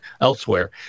elsewhere